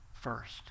first